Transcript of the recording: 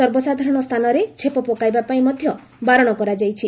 ସର୍ବସାଧାରଣ ସ୍ଥାନରେ ଛେପ ପକାଇବାପାଇଁ ମଧ୍ୟ ବାରଣ କରାଯାଇଛି